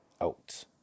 out